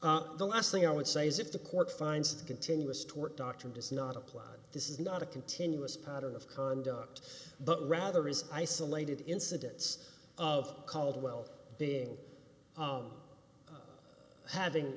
the last thing i would say is if the court finds the continuous tort doctrine does not apply this is not a continuous pattern of conduct but rather is isolated incidents of caldwell being of having